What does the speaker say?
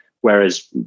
whereas